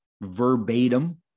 verbatim